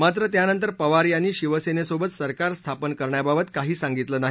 मात्र त्यानंतर पवार यांनी शिवसेनेसोबत सरकार स्थापन करण्याबाबत काही सांगितलं नाही